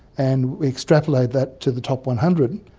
and we extrapolated that to the top one hundred,